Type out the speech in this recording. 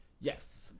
Yes